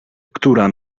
która